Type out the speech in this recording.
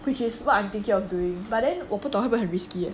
which is what I'm thinking of doing but then 我不懂会不会很 risky leh